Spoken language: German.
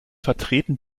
vertreten